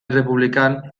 errepublikan